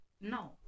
no